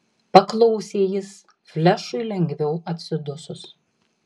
paklausė jis flešui lengviau atsidusus